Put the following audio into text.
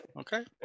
okay